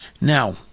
now